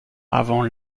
avant